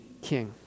king